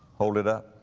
hold it up.